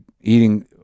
eating